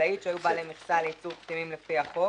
חקלאית שהיו בעלי מכסה לייצור פטמים לפי החוק